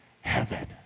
heaven